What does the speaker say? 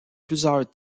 plusieurs